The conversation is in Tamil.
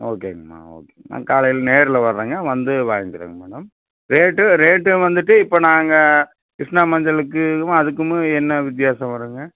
ஓகேங்ம்மா ஓகே நாங்கள் காலையில் நேரில் வர்றேங்க வந்து வாங்கிக்கிறேங்க மேடம் ரேட்டு ரேட்டும் வந்துட்டு இப்போ நாங்கள் கிருஷ்ணா மஞ்சளுக்கு அதுக்கும் என்ன வித்தியாசம் வருங்க